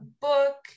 book